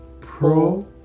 Pro